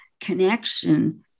connection